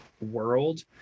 world